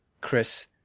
Chris